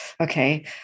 Okay